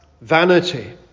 vanity